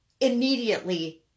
immediately